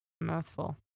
mouthful